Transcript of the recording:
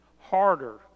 harder